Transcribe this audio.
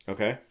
Okay